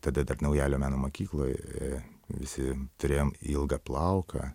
tada dar naujalio meno mokykloj visi turėjom ilgą plauką